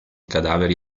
cadaveri